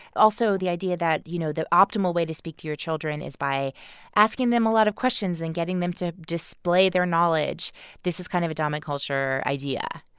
also, the idea that, you know, the optimal way to speak to your children is by asking them a lot of questions and getting them to display their knowledge this is kind of a dominant-culture idea.